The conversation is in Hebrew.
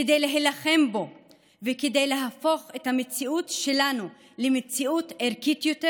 כדי להילחם בו וכדי להפוך את המציאות שלנו למציאות ערכית יותר,